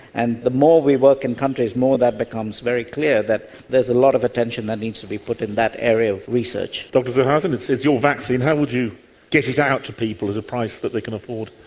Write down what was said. and the more we work in countries the more that becomes very clear, that a lot of attention that needs to be put in that area of research. dr zur hausen, it's it's your vaccine, how would you get it out to people at a price that they can afford?